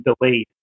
delayed